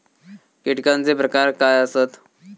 कीटकांचे प्रकार काय आसत?